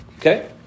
Okay